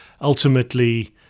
Ultimately